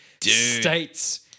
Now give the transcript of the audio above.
states